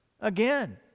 Again